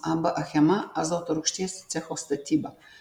ab achema azoto rūgšties cecho statyba